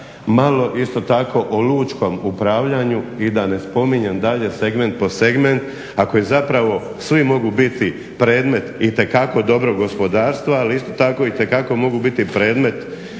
malo isto tako o lučkom upravljanju i da ne spominjem dalje segment po segment. Ako zapravo svi mogu biti predmet itekako dobrog gospodarstva, ali isto tako itekako mogu biti predmet